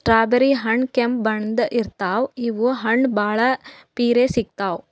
strawberry ಹಣ್ಣ್ ಕೆಂಪ್ ಬಣ್ಣದ್ ಇರ್ತವ್ ಇವ್ ಹಣ್ಣ್ ಭಾಳ್ ಪಿರೆ ಸಿಗ್ತಾವ್